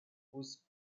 whose